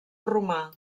romà